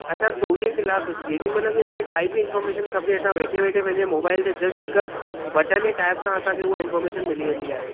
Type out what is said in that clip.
असां चोवीह कलाकु कॾहिं महिल बि असांखे काई बि इनफोर्मेशन खपे असां वेठे वेठे पेंहिंजे मोबाइल ते जस्ट हिकु बटन ए टैब सा असांखे उह इनफोर्मेशन मिली वेंदी आहे